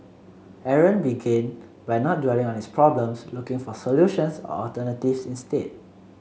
Aaron began by not dwelling on his problems looking for solutions or alternatives instead